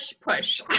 push